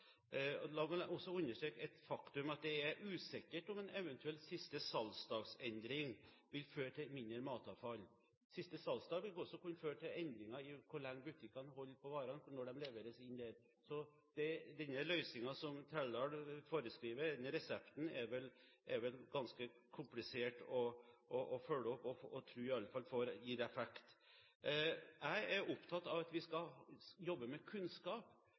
La meg også understreke et faktum: Det er usikkert om en siste salgsdagsendring vil føre til mindre matavfall. Siste salgsdag kan også føre til endringer i hvor lenge butikkene holder på varene og når de leveres inn der – så denne løsningen, denne resepten, som Trældal foreskriver, er vel ganske komplisert å følge opp, i alle fall på en måte som gir effekt. Jeg er opptatt av at vi skal jobbe med kunnskap,